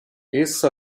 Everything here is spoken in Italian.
essa